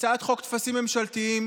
הצעת חוק טפסים ממשלתיים,